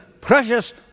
precious